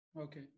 Okay